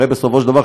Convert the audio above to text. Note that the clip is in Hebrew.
הרי בסופו של דבר,